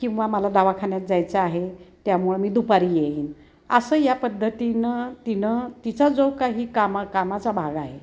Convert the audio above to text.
किंवा मला दवाखान्यात जायचं आहे त्यामुळं मी दुपारी येईन असं या पद्धतीनं तिनं तिचा जो काही कामा कामाचा भाग आहे